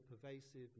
pervasive